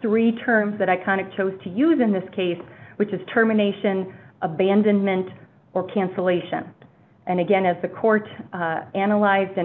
three terms that i kind of chose to use in this case which is terminations abandonment or cancellation and again as the court analyzed and